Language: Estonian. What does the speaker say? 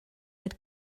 need